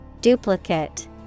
Duplicate